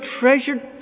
treasured